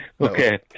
okay